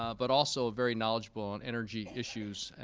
ah but also very knowledgeable on energy issues,